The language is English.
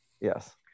Yes